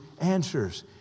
answers